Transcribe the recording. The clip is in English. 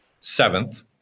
seventh